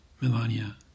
Melania